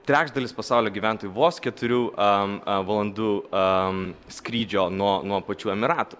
trečdalis pasaulio gyventojų vos keturių valandų skrydžio nuo nuo pačių emiratų